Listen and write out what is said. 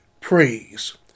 praise